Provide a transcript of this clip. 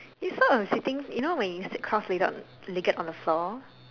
you saw a sittings you know when you sit cross laid dirt legged on the floor